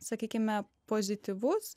sakykime pozityvus